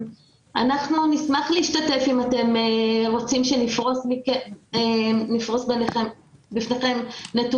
אנחנו נשמח להשתתף אם אתם רוצים שנפרוס בפניכם נתונים.